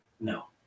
No